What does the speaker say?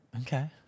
Okay